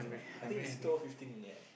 I think it's two dollar fifteen only right